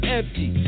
empty